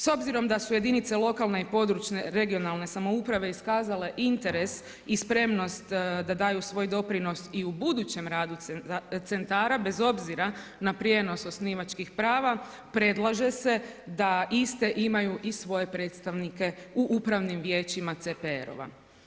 S obzirom da su jedinice lokalne i područne (regionalne) samouprave iskazale interes i spremnost da daju svoj doprinos i u budućem radu centara bez obzira na prijenos osnivačkih prava predlaže se da iste imaju i svoje predstavnike u upravnim vijećima CPR-ovima.